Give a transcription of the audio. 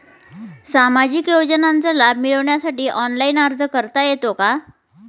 सामाजिक योजनांचा लाभ मिळवण्यासाठी ऑनलाइन अर्ज करता येतो का?